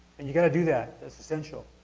and you gotta do that. that's essential.